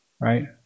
right